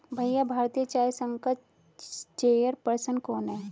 भैया भारतीय चाय संघ का चेयर पर्सन कौन है?